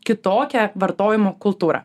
kitokią vartojimo kultūrą